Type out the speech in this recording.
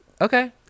Okay